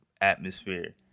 atmosphere